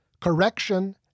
correction